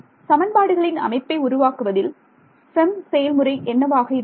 சமன்பாடுகளின் அமைப்பை உருவாக்குவதில் FEM செயல்முறை என்னவாக இருந்தது